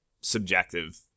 subjective